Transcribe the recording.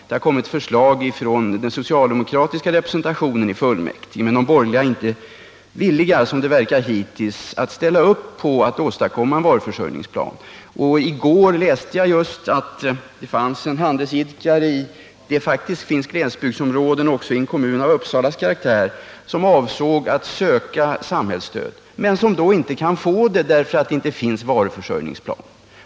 Det har kommit förslag från den socialdemokratiska representationen i fullmäktige, men de borgerliga har, som det verkar, hittills inte varit villiga att ställa upp för att åstadkomma en varuförsörjningsplan. Just i går läste jag om att det faktiskt finns glesbygdsområden i kommuner av Uppsalas karaktär och det fanns en handelsidkare i ett sådant som avsåg att söka samhällsstöd men inte kunde få det, eftersom det inte finns någon varuförsörjningsplan.